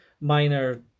minor